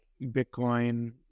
Bitcoin